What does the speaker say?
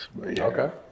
Okay